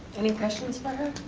any questions for her?